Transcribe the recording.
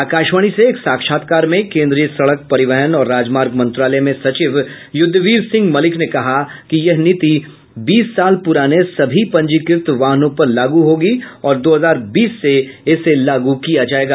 आकाशवाणी से एक साक्षात्कार में केंद्रीय सड़क परिवहन और राजमार्ग मंत्रालय में सचिव युद्धवीर सिंह मलिक ने कहा कि यह नीति बीस साल पुराने सभी पंजीकृत वाहनों पर लागू होगी और दो हजार बीस से इसे लागू किया जाएगा